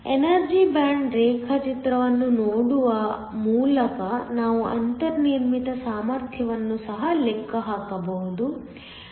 energy band ರೇಖಾಚಿತ್ರವನ್ನು ನೋಡುವ ಮೂಲಕ ನಾವು ಅಂತರ್ನಿರ್ಮಿತ ಸಾಮರ್ಥ್ಯವನ್ನು ಸಹ ಲೆಕ್ಕ ಹಾಕಬಹುದು